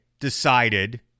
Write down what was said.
decided